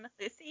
Lucy